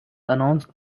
announced